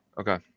Okay